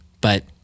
But-